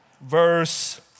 Verse